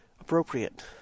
appropriate